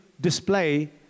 display